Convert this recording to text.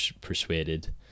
persuaded